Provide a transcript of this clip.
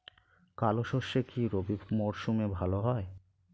কালো সরষে কি রবি মরশুমে ভালো হয়?